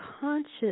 conscious